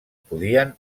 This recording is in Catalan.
podien